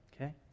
okay